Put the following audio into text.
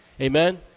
amen